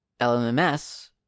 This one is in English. LMMS